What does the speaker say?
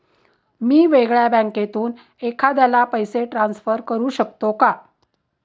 मी वेगळ्या बँकेतून एखाद्याला पैसे ट्रान्सफर करू शकतो का?